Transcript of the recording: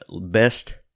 best